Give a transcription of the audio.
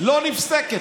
לא נפסקת,